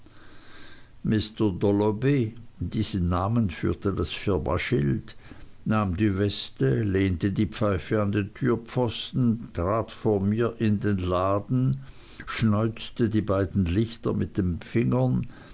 mr dolloby diesen namen führte das firmaschild nahm die weste lehnte die pfeife an den türpfosten trat vor mir in den laden schneuzte die beiden lichter mit den fingern